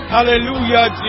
Hallelujah